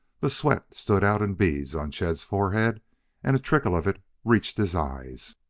the sweat stood out in beads on chet's forehead and a trickle of it reached his eyes.